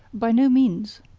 by no means,